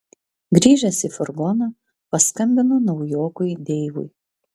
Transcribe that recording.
grįžęs į furgoną paskambinu naujokui deivui